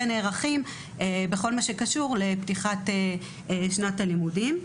ונערכים בכל מה שקשור לפתיחת שנת הלימודים.